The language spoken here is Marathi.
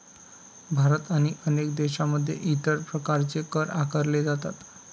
भारत आणि अनेक देशांमध्ये इतर प्रकारचे कर आकारले जातात